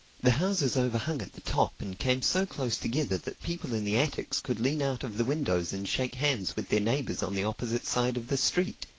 the houses overhung at the top and came so close together that people in the attics could lean out of the windows and shake hands with their neighbors on the opposite side of the street.